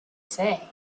say